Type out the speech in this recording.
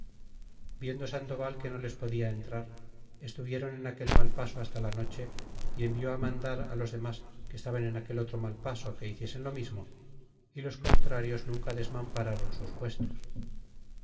viendo sandoval que no les podia entrar estuviéron en aquel mal paso hasta la noche y envió mandar los demas que estaban en aquel otro mal paso que hiciesen lo mismo y los contrarios nunca desmamparron sus puestos